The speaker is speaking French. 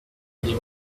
les